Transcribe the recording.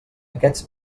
aquests